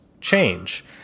change